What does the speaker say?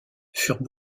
furent